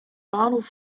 bahnhof